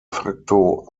facto